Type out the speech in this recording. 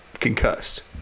concussed